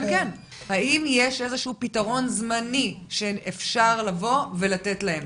האם יש איזשהו פתרון זמני שאפשר לבוא ולתת להם?